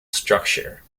structure